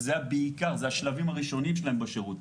אלה השלבים הראשונים שלהם בשירות,